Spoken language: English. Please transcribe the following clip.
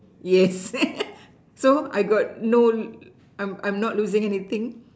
yes so I got no I'm I'm not losing anything